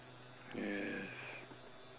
yes